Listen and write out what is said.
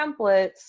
templates